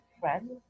friends